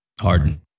Harden